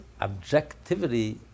objectivity